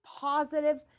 positive